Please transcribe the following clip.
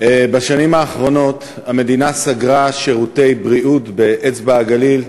בשנים האחרונות המדינה סגרה שירותי בריאות באצבע-הגליל,